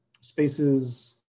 spaces